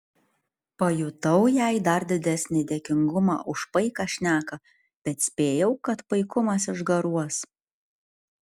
pajutau jai dar didesnį dėkingumą už paiką šneką bet spėjau kad paikumas išgaruos